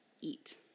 eat